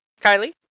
Kylie